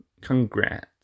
congrats